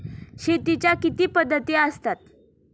शेतीच्या किती पद्धती असतात?